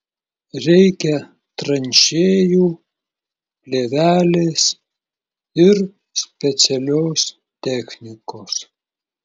reikia tranšėjų plėvelės ir specialiosios technikos